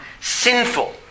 sinful